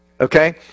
Okay